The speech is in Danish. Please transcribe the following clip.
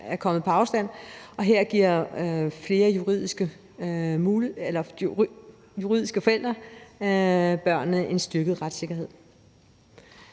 er kommet på afstand, og her giver flere juridiske forældre børnene en styrket retssikkerhed.